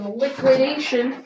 liquidation